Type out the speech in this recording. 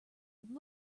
would